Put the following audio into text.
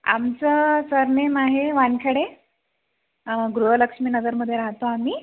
आमचं सरनेम आहे वानखेडे गृहलक्ष्मी नगरमध्ये राहतो आम्ही